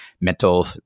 mental